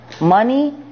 Money